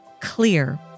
clear